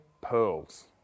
pearls